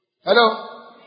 Hello